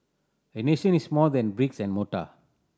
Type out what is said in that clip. a nation is more than bricks and mortar